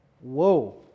Whoa